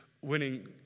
winning